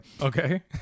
Okay